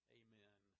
amen